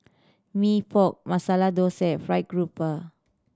Mee Pok Masala Thosai fried grouper